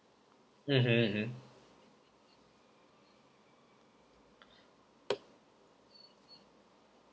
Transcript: mmhmm mmhmm